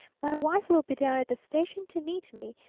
my wife will be down at the station to meet me.